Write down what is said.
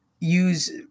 use